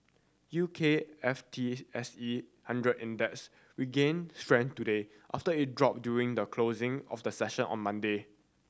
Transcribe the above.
U K F T S E hundred Index regained strength today after it drop during the closing of the session on Monday